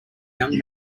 young